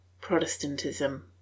PROTESTANTISM